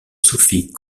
sophie